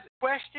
question